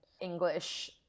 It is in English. english